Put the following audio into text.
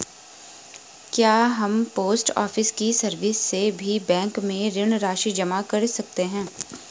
क्या हम post office की सर्विस से भी बैंक में ऋण राशि जमा कर सकते हैं?